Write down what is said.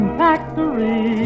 factory